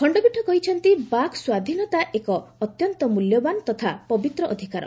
ଖଣ୍ଡପୀଠ କହିଛନ୍ତି ବାକ୍ସ୍ୱାଧୀନତା ଏକ ଅତ୍ୟନ୍ତ ମ୍ବଲ୍ୟବାନ ତଥା ପବିତ୍ର ଅଧିକାର